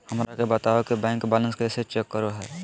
हमरा के बताओ कि बैंक बैलेंस कैसे चेक करो है?